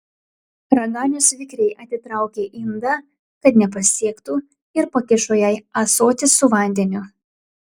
raganius vikriai atitraukė indą kad nepasiektų ir pakišo jai ąsotį su vandeniu